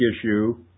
issue